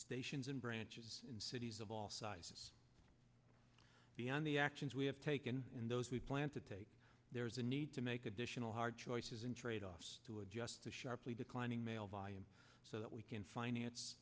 stations and branches in cities of all sizes beyond the actions we have taken and those we plan to take there's a need to make additional hard choices in trade offs to adjust to sharply declining mail volume so that we can finance